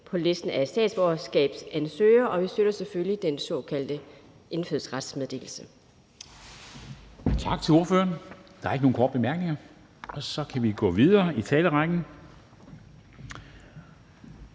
på listen over statsborgerskabsansøgere, og vi støtter selvfølgelig den såkaldte indfødsretsmeddelelse.